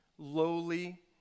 lowly